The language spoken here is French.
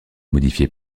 modifié